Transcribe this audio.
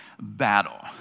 battle